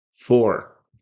Four